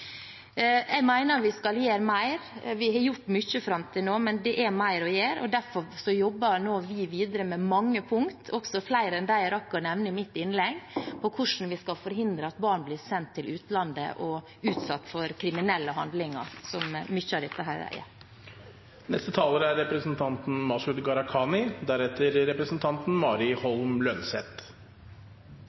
Jeg mener vi skal gjøre mer. Vi har gjort mye fram til nå, men det er mer å gjøre. Derfor jobber vi nå videre med mange punkter – også flere enn dem jeg rakk å nevne i mitt innlegg – med hensyn til hvordan vi skal forhindre at barn blir sendt til utlandet og utsatt for kriminelle handlinger, som mye av dette er. Først har jeg lyst til å berømme representanten